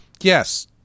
yes